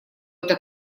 это